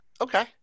Okay